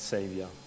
Savior